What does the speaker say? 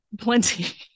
plenty